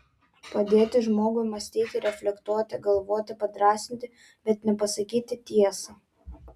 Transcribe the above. padėti žmogui mąstyti reflektuoti galvoti padrąsinti bet ne pasakyti tiesą